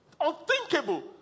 unthinkable